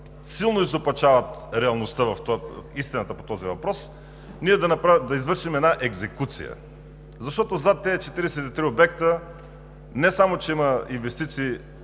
силно изопачават истината по този въпрос, ние да извършим една екзекуция, защото зад тези 43 обекта не само че има инвестиции,